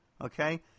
okay